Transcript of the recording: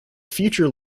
future